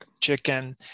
chicken